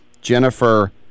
Jennifer